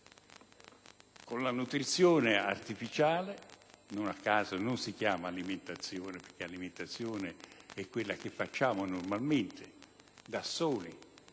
Con la nutrizione artificiale, non a caso non la si chiama alimentazione (che è quella che facciamo normalmente da soli,